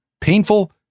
Painful